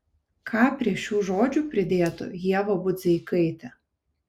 ką prie šių žodžių pridėtų ieva budzeikaitė